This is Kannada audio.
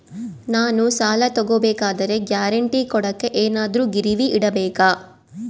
ನಾನು ಸಾಲ ತಗೋಬೇಕಾದರೆ ಗ್ಯಾರಂಟಿ ಕೊಡೋಕೆ ಏನಾದ್ರೂ ಗಿರಿವಿ ಇಡಬೇಕಾ?